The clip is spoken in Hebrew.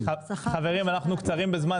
חברים, אנחנו קצרים בזמן.